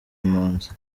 impunzi